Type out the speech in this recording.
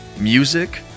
music